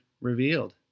revealed